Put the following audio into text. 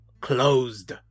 closed